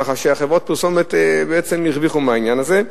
כך שחברות הפרסומת בעצם הרוויחו מהעניין הזה.